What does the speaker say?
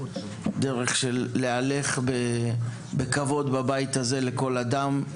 דרך של להלך בכבוד בבית הזה לכל אדם,